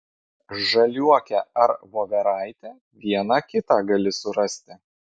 žaliuokę ar voveraitę vieną kitą gali surasti